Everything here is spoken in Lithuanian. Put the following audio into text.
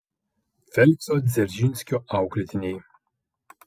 felikso dzeržinskio auklėtiniai